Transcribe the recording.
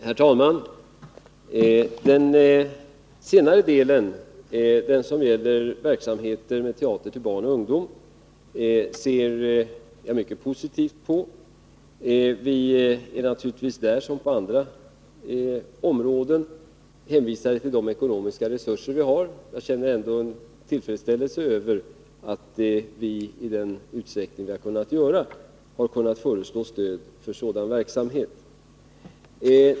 Herr talman! När det gäller den fråga som ställdes i den senare delen av anförandet, dvs. den som gällde teaterverksamhet som riktar sig till barn och ungdom, vill jag säga att jag ser mycket positivt på en sådan verksamhet. Där som på andra områden är vi naturligtvis hänvisade till de ekonomiska resurser vi har, men jag känner ändå en tillfredsställelse över att vi i den utsträckning som varit möjlig har kunnat föreslå stöd till sådan verksamhet.